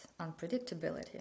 unpredictability